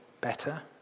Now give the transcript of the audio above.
better